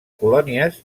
colònies